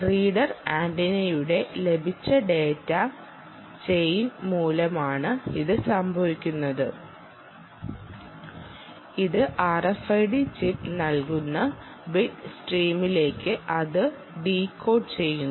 reader ആന്റിനയുടെ ലഭിച്ച data chain മൂലമാണ് ഇത് സംഭവിക്കുന്നത് ഇത് RFID ചിപ്പ് നൽകുന്ന ബിറ്റ് സ്ട്രീമിലേക്ക് അത് ഡീകോഡ് ചെയ്യുന്നു